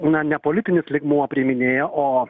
na ne politinis lygmuo priiminėja o